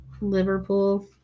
liverpool